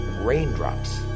raindrops